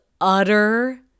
utter